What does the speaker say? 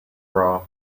bra